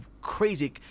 crazy